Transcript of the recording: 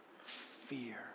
Fear